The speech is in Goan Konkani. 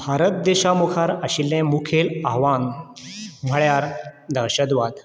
भारत देशा मुखार आशिल्लें मुखेल आव्हान म्हणल्यार दहशतवाद